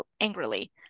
angrily